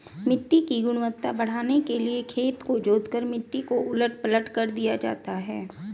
मिट्टी की गुणवत्ता बढ़ाने के लिए खेत को जोतकर मिट्टी को उलट पलट दिया जाता है